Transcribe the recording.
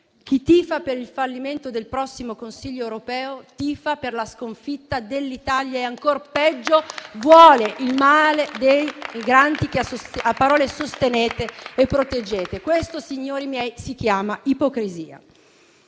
Chi tifa per il fallimento del prossimo Consiglio europeo, tifa per la sconfitta dell'Italia e, ancor peggio, vuole il male dei migranti che a parole sostenete e proteggete. Questa, signori miei, si chiama ipocrisia.